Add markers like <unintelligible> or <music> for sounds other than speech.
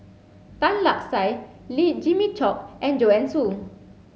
Tan Lark Sye <unintelligible> Jimmy Chok and Joanne Soo